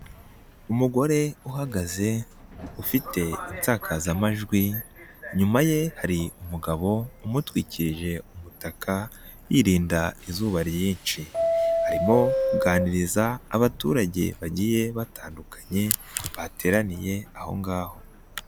Umugore uhagaze ufite insakazamajwi, inyuma ye hari umugabo umutwikirije umutaka yirinda izuba ryinshi. Arimo kuganiriza abaturage bagiye batandukanye bateraniye aho ngaho.